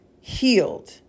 healed